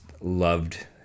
loved